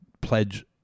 pledge